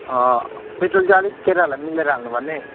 petrol चाहिँ अलिक केटाहरूलाई मिलेर हाल्नु भन्ने